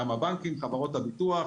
גם הבנקים, חברות הביטוח,